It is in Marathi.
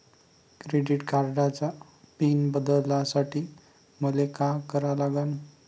क्रेडिट कार्डाचा पिन बदलासाठी मले का करा लागन?